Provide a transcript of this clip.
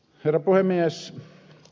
herra puhemies